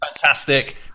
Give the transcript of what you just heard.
fantastic